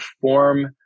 form